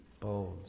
bones